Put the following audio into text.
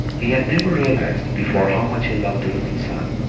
he had never realised before how much he loved the little son,